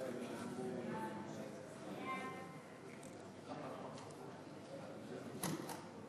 חוק לתיקון פקודת התעבורה (מס' 109),